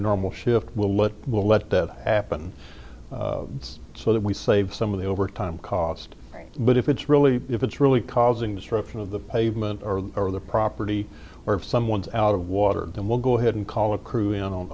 normal shift will let will let that happen it's so that we save some of the overtime cost but if it's really if it's really causing disruption of the pavement or the property or if someone's out of water then we'll go ahead and call a crew in on